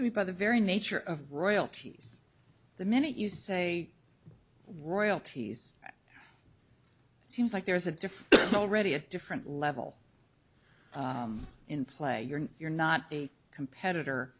to be by the very nature of royalties the minute you say royalties it seems like there's a difference already a different level in play you're you're not a competitor